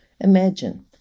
Imagine